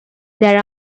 there